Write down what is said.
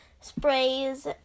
sprays